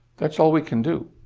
that's all we can do.